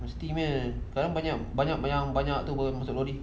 mesti punya sekarang banyak banyak boleh masuk lori